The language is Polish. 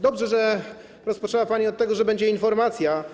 Dobrze, że rozpoczęła pani od tego, że będzie informacja.